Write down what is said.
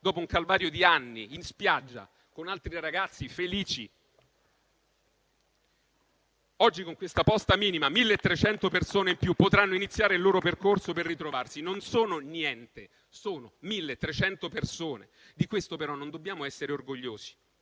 dopo un calvario di anni, in spiaggia con altri ragazzi felici. Oggi, con questa posta minima, 1.300 persone in più potranno iniziare il loro percorso per ritrovarsi: non sono niente, sono 1.300 persone. Di questo però non dobbiamo essere orgogliosi,